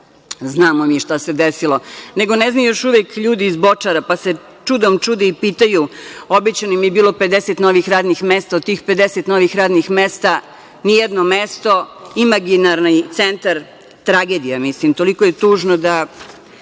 Znamo mi šta se desilo, nego ne znaju još uvek ljudi iz Bočara, pa se čudom čude i pitaju, obećano im je bilo 50 novih radnih mesta, od tih 50 novih radnih mesta nijedno mesto imaginarni centar, tragedija, mislim toliko je tužno da